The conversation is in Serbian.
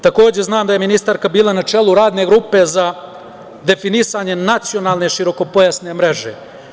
Takođe, znam da je ministarka bila na čelu radne grupe za definisanje Nacionalne širokopojasne mreže.